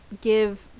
give